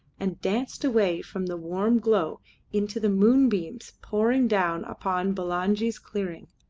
and danced away from the warm glow into the moonbeams pouring down upon bulangi's clearing.